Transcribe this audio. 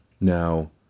now